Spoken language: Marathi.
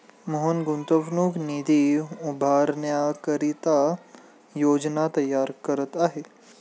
मोहन गुंतवणूक निधी उभारण्याकरिता योजना तयार करत आहे